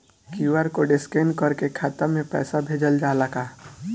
QR code scan करके खाता में पैसा भेजल जाला का?